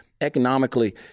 economically